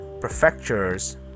prefectures